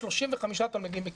35 תלמידים בכיתה.